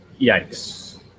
Yikes